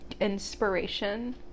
inspiration